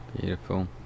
Beautiful